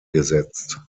gesetzt